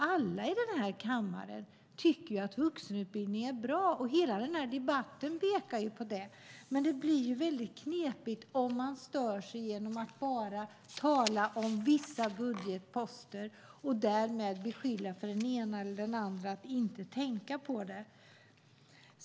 Alla i denna kammare tycker att vuxenutbildning är bra - hela debatten pekar på det - men det blir väldigt knepigt om man bara talar om vissa budgetposter och därmed beskyller den ena eller den andra för att inte tänka på det.